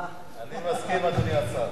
אני מסכים, אדוני השר.